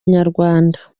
nyarwanda